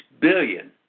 billion